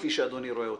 כפי שאדוני רואה אותה,